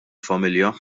familja